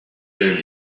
their